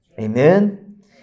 Amen